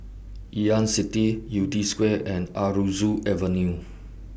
Ngee Ann City Yew Tee Square and Aroozoo Avenue